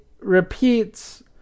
repeats